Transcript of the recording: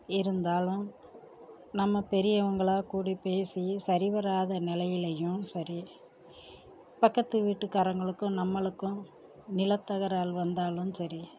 இருந்தாலும் நம்ம பெரியவர்களா கூடி பேசி சரி வராத நிலையிலையும் சரி பக்கத்து வீட்டுக்காரர்களுக்கும் நம்மளுக்கும் நில தகராறு வந்தாலும் சரி